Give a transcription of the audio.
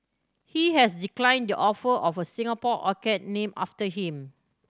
he has declined the offer of a Singapore orchid named after him